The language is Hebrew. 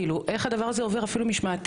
כאילו, איך הדבר הזה עובר אפילו משמעתית?